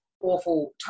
awful